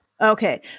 Okay